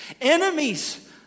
enemies